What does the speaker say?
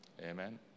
Amen